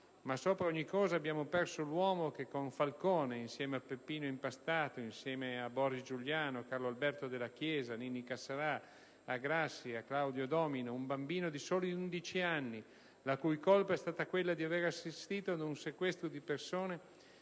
Ma, sopra ogni cosa, abbiamo perso l'uomo che insieme a Giovanni Falcone, insieme a Peppino Impastato, insieme a Boris Giuliano, a Carlo Alberto Dalla Chiesa, a Ninni Cassarà, a Libero Grassi, a Claudio Domino (un bambino di soli 11 anni, la cui unica colpa è stata quella di aver assistito ad un sequestro di persona),